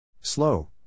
Slow